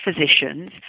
physicians